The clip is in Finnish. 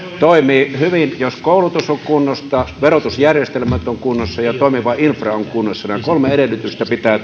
toimii hyvin jos koulutus on kunnossa verotusjärjestelmät ovat kunnossa ja toimiva infra on kunnossa nämä kolme edellytystä pitää